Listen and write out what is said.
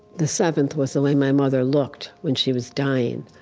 the seventh was the way my mother looked when she was dying,